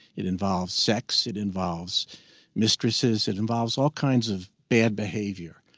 it involves sex. it involves mistresses. it involves all kinds of bad behavior.